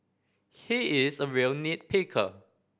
he is a real nit picker